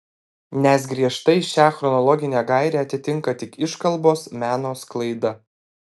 nes griežtai šią chronologinę gairę atitinka tik iškalbos meno sklaida